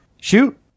Shoot